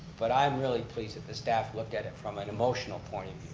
but i'm really pleased that the staff looked at it from an emotional point